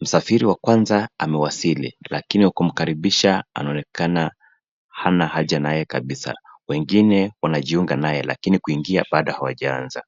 msafiki wa kwanza amewasili lakini wa kumkaribisha anaonekana hana haja na yeye kabisa. Wengine wanajiunga na yeye lakini kuingia bado hawajaanza.